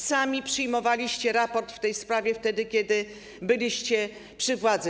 Sami przyjmowaliście raport w tej sprawie, wtedy kiedy byliście u władzy.